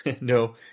No